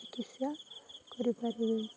ଚିକିତ୍ସା କରିପାରିବେ